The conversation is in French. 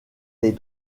les